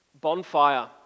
bonfire